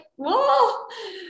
whoa